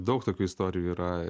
daug tokių istorijų yra